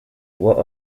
what